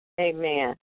Amen